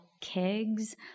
kegs